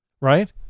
right